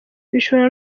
bishobora